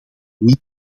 niet